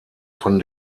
von